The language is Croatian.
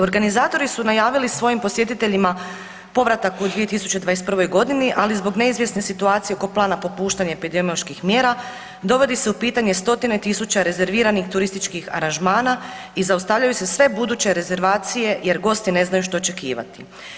Organizatori su najavili svojim posjetiteljima povratak u 2021.g. ali zbog neizvjesne situacija oko plana popuštanja epidemioloških mjera dovodi se u pitanje stotine tisuća rezerviranih turističkih aranžmana i zaustavljaju se sve buduće rezervacije jer gosti ne znaju što očekivati.